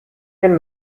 can